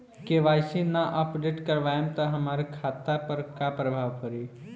KYC ना update करवाएम त हमार खाता पर का प्रभाव पड़ी?